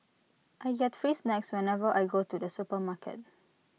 I get free snacks whenever I go to the supermarket